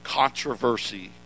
controversy